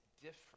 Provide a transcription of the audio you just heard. different